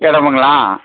இடமுங்களா